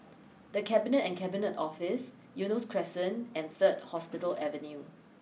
the Cabinet and Cabinet Office Eunos Crescent and third Hospital Avenue